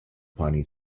pawnee